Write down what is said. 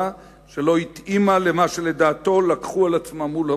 שלא התאימה למה שלדעתו לקחו על עצמם מול הבוחר.